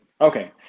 Okay